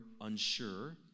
unsure